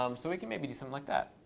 um so we can maybe do something like that.